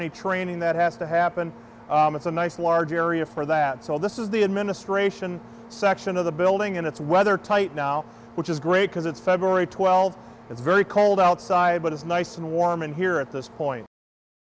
any training that has to happen it's a nice large area for that so this is the administration section of the building and it's whether tight now which is great because it's february twelfth it's very cold outside but it's nice and warm in here at this point